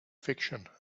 fiction